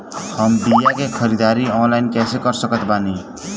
हम बीया के ख़रीदारी ऑनलाइन कैसे कर सकत बानी?